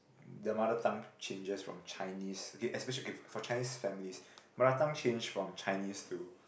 their mother tongue changes from Chinese okay especially if for Chinese families mother tongue changes from Chinese to